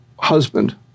husband